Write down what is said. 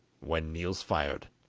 when niels fired,